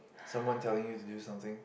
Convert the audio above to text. someone telling you to do something